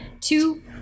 two